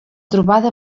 trobada